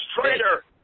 traitor